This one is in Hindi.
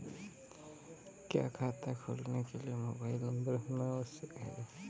क्या खाता खोलने के लिए मोबाइल नंबर होना आवश्यक है?